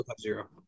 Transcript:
zero